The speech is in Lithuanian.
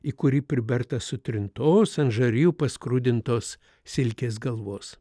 į kurį priberta sutrintos ant žarijų paskrudintos silkės galvos